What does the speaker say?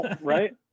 Right